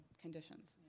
conditions